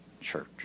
church